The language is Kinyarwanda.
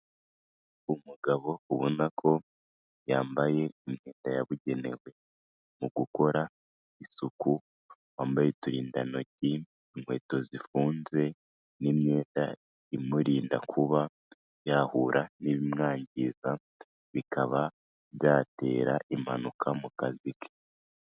Umugabo ubona ko yambaye imyenda yabugenewe mu gukora isuku wambaye uturindantoki inkweto zifunze n'imyenda imurinda kuba yahura n'ibimwangiza bikaba byatera impanuka mu kazi ke.